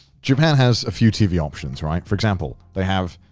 japan has a few tv options, right? for example, they have,